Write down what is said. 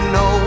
no